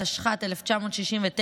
התשכ"ט 1969,